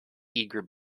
eager